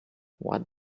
what